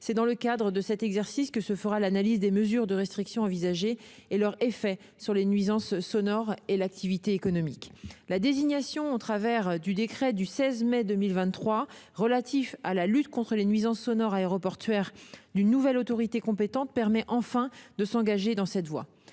C'est dans le cadre de cet exercice que se fera l'analyse des mesures de restrictions envisagées et de leurs effets sur les nuisances sonores et l'activité économique. La désignation, par le décret n° 2023-375 du 16 mai 2023 relatif à la lutte contre les nuisances sonores aéroportuaires, d'une nouvelle autorité compétente permet enfin de s'engager dans cette voie.